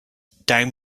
down